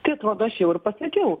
tai atrodo aš jau ir pasakiau